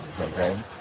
okay